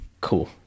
cool